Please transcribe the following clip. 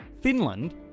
Finland